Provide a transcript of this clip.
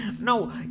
No